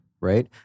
right